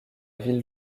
ville